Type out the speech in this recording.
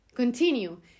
continue